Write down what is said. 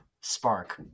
spark